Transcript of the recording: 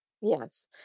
Yes